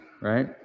right